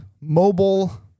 mobile